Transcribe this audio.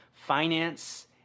finance